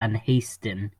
unhasting